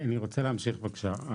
אני רוצה להמשיך בבקשה.